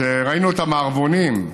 כשראינו את המערבונים,